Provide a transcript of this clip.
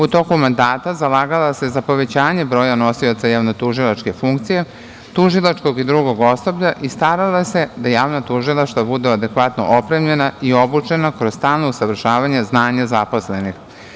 U toku mandata zalagala se za povećanje broja nosioca javno-tužilačke funkcije, tužilačkog i drugog osoblja i starala se da javna tužilaštva budu adekvatno opremljena i obučena, kroz stalno usavršavanje znanja zaposlenih.